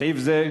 סעיף זה,